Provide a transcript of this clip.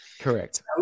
correct